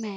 ᱢᱮ